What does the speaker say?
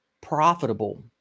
profitable